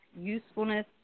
usefulness